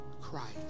Christ